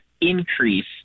increase